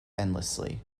endlessly